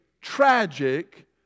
tragic